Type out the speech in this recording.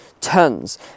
tons